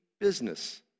business